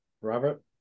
Robert